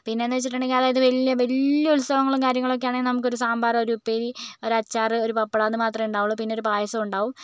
പിന്നെയെന്നു വെച്ചിട്ടുണ്ടെങ്കിൽ അതായത് വലിയ വലിയ ഉത്സവങ്ങളും കാര്യങ്ങളൊക്കെ ആണെങ്കിൽ നമുക്കൊരു സാമ്പാറ് ഒരു ഉപ്പേരി ഒരച്ചാറ് ഒരു പപ്പടം അതു മാത്രമേ ഉണ്ടാവുകയുള്ളു പിന്നെ ഒരു പായസം ഉണ്ടാകും